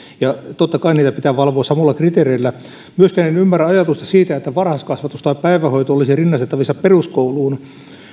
ja totta kai niitä pitää valvoa samoilla kriteereillä en ymmärrä myöskään ajatusta siitä että varhaiskasvatus tai päivähoito olisi rinnastettavissa peruskouluun